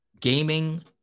gaming